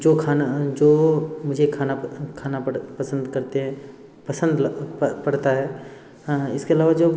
जो खाना जो मुझे खाना खाना पड़ पसंद करते हैं पसंद पड़ता है इसके अलावा जो